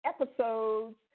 episodes